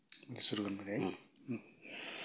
सुरु गर्नु पऱ्यो है